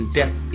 death